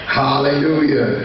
hallelujah